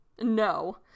No